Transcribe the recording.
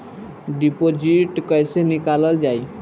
Deposit कैसे निकालल जाइ?